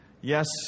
Yes